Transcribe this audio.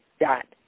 dot